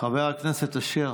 חבר הכנסת אשר.